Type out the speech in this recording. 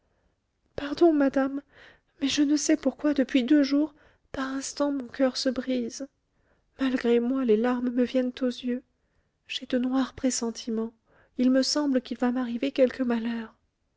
pardon madame mais je ne sais pourquoi depuis deux jours par instants mon coeur se brise malgré moi les larmes me viennent aux yeux j'ai de noirs pressentiments il me semble qu'il va m'arriver quelque malheur